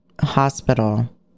Hospital